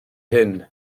hyn